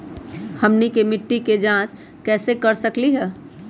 हमनी के मिट्टी के जाँच कैसे कर सकीले है?